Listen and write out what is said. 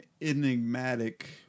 enigmatic